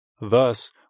Thus